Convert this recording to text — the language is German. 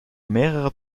mehrerer